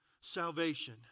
salvation